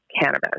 cannabis